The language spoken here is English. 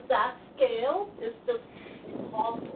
that scale is just impossible.